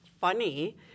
funny